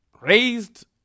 raised